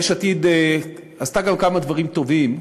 יש עתיד עשתה גם כמה דברים טובים,